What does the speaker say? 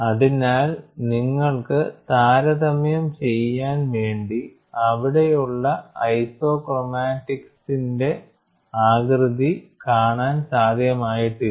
അതിനാൽ നിങ്ങൾക്ക് താരതമ്യം ചെയ്യാൻ വേണ്ടി അവിടെയുള്ള ഐസോക്രോമാറ്റിക്സിന്റെ ആകൃതി കാണാൻ സാധ്യമായിട്ടില്ല